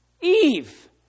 Eve